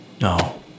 No